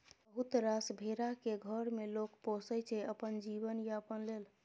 बहुत रास भेरा केँ घर मे लोक पोसय छै अपन जीबन यापन लेल